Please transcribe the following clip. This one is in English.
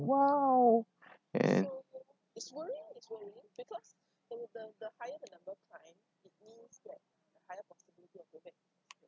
!wow! and